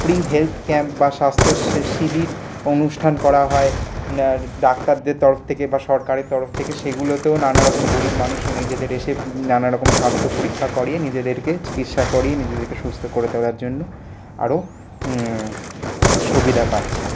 free health camp বা স্বাস্থ্য শিবির অনুষ্ঠান করা হয় আর ডাক্তারদের তরফ থেকে বা সরকারের তরফ থেকে সেগুলোতেও নানারকম গরিব মানুষরা নিজেরা এসে নানারকম স্বাস্থ্য পরীক্ষা করিয়ে নিজেদেরকে চিকিৎসা করিয়ে নিজেদেরকে সুস্থ করে তোলার জন্য আরও সুবিধা পাচ্ছে